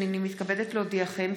הינני מתכבדת להודיעכם,